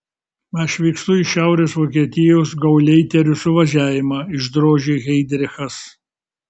aš vykstu į šiaurės vokietijos gauleiterių suvažiavimą išdrožė heidrichas